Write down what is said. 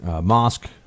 Mosque